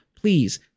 please